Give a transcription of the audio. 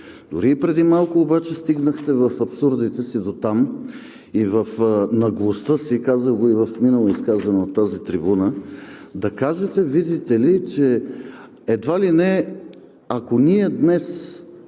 Дори и преди малко обаче стигнахте в абсурдите си дотам и в наглостта си – казах го и в минало изказване от тази трибуна – да кажете, видите ли, че едва ли не, ако днес